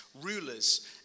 rulers